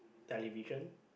television